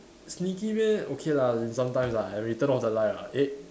sneaky meh okay lah sometimes lah when we turn off the light ah eh